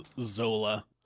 zola